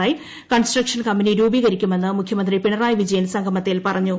I construction company രൂപീകരിക്കുമെന്ന് മുഖ്യമന്ത്രി പിണറായി വിജയൻ സംഗമത്തിൽ പറഞ്ഞു